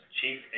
Chief